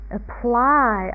apply